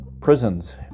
prisons